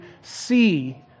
see